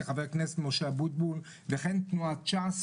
כחבר כנסת משה אבוטבול וכן תנועת ש"ס,